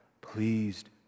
pleased